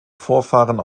vorfahren